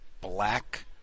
black